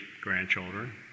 grandchildren